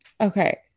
okay